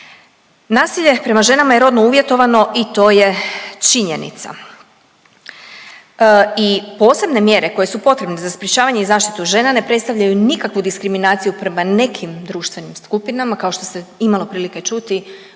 Nasilje prema ženama je rodno uvjetovano i to je činjenica i posebne mjere koje su potrebne za sprječavanje i zaštitu žena ne predstavljaju nikakvu diskriminaciju prema nekim društvenim skupinama, kao što se imalo prilike čuti u javnom